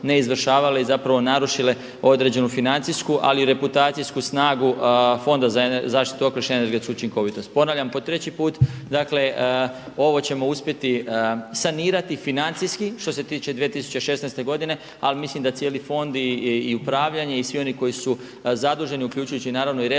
neizvršavale i zapravo narušile određenu financijsku, ali i reputacijsku snagu Fonda za zaštitu okoliša i energetsku učinkovitost. Ponavljam po treći put, dakle ovo ćemo uspjeti sanirati financijski što se tiče 2016. godine. Ali mislim da cijeli fond i upravljanje i svi oni koji su zaduženi uključujući naravno i resornog